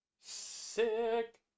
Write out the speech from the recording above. sick